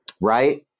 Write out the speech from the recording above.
right